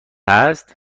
هست